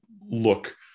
look